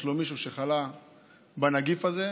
יש לו מישהו שחלה בנגיף הזה,